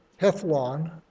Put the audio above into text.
Hethlon